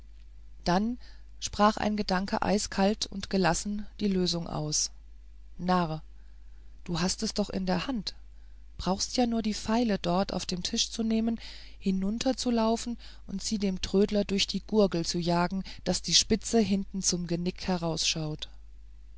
dann sprach ein gedanke eiskalt und gelassen die losung aus narr du hast es doch in der hand brauchst ja nur die feile dort auf dem tisch zu nehmen hinunter zu laufen und sie dem trödler durch die gurgel zu jagen daß die spitze hinten zum genick